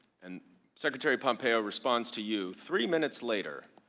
and secretary pompeo responds to you, three minutes later,